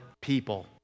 people